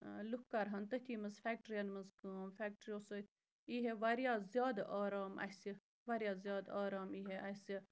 لُکھ کَرہَن تٔتھی منٛز فٮ۪کٹرٛیَن منٛز کٲم فٮ۪کٹرٛیو سۭتۍ ایٖہے واریاہ زیادٕ آرام اَسہِ واریاہ زیادٕ آرام ایٖہا اَسہِ